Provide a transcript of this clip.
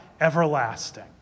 everlasting